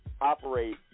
operate